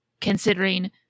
considering